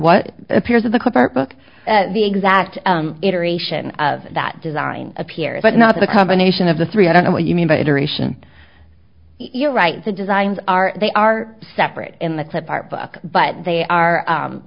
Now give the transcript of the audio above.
what appears in the clip art book the exact iteration of that design appears but not the combination of the three i don't know what you mean by iteration you're right the designs are they are separate in the clip art book but they are